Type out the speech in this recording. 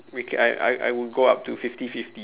we can I I I will go up to fifty fifty